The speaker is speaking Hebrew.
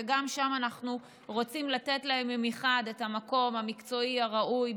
וגם שם אנחנו רוצים לתת להם את המקום המקצועי הראוי,